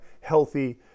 healthy